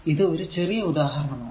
ഇത് ഒരു ചെറിയ ഉദാഹരണം ആണ്